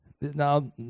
Now